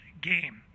game